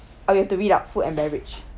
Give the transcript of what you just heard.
oh you have to read up food and beverage